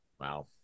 Wow